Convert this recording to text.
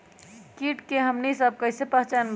किट के हमनी सब कईसे पहचान बई?